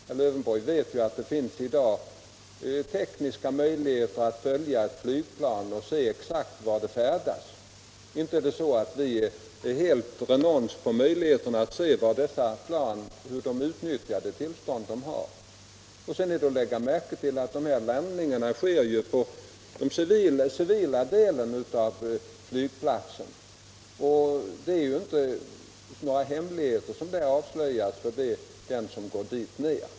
Det finns i dag — detta känner herr Lövenborg till — tekniska möjligheter att följa ett flygplan och se exakt var det färdas. Inte är det så att vi är helt renons på möjligheter att se hur dessa plan utnyttjar det tillstånd de har. Vidare är det att lägga märke till att landningarna sker på den civila delen av flygplatserna, och det är ju inte: några hemligheter som där avslöjas för den som går ned.